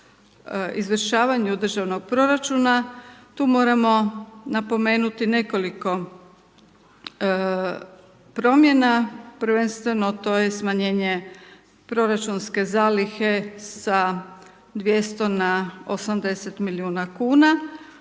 izvršavanju državnog proračuna, tu moramo napomenuti nekoliko promjena, prvenstveno to je smanjenje proračunske zalihe sa 200 na 80 milijuna kn.